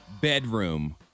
bedroom